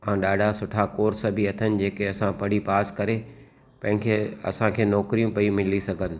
हा ॾाढा सुठा कोर्स बि अथनि जेके असां पढ़ी पास करे तंहिंखे असांखे नोकरियूं पई मिली सघनि